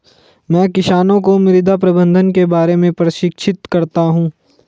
मैं किसानों को मृदा प्रबंधन के बारे में प्रशिक्षित करता हूँ